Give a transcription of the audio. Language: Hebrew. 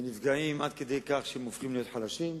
נפגעים עד כדי כך שהם הופכים להיות חלשים.